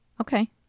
Okay